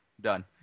done